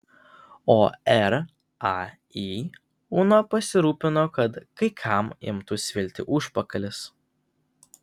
o rai uno pasirūpino kad kai kam imtų svilti užpakalis